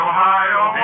Ohio